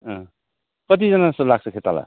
कतिजना जस्तो लाग्छ खेताला